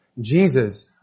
Jesus